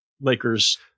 Lakers